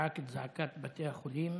שזעק את זעקת בתי החולים.